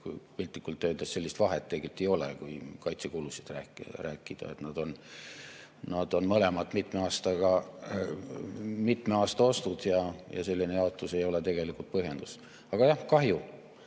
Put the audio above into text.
piltlikult öeldes sellist vahet ei ole, kui kaitsekuludest rääkida. Need on mõlemad mitme aasta ostud ja selline jaotus ei ole tegelikult põhjendatud. Aga jah, kahju!